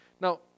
Now